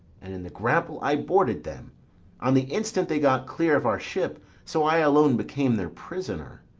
and in the grapple i boarded them on the instant they got clear of our ship so i alone became their prisoner.